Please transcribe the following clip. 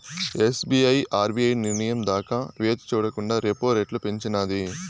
SBI RBI నిర్నయం దాకా వేచిచూడకండా రెపో రెట్లు పెంచినాది